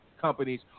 companies